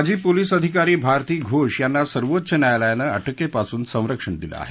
माजी पोलीस अधिकारी भारती घोष यांना सर्वोच्च न्यायालयानं अटकेपासून संरक्षण दिलं आहे